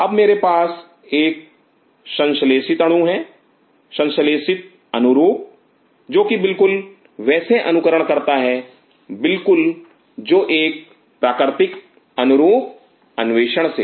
अब मेरे पास एक संश्लेषित अणु है संश्लेषित अनुरूप जो कि बिल्कुल वैसे अनुकरण करता है बिल्कुल वैसे जो एक प्राकृतिक अनुरूप अन्वेषण से